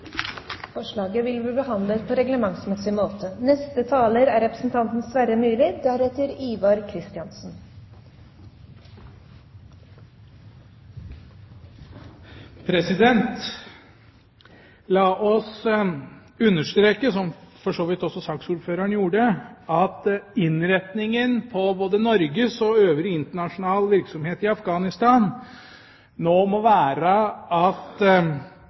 La oss understreke, som for så vidt også saksordføreren gjorde, at innretningen på både Norges og øvrige internasjonal virksomhet i Afghanistan nå må være at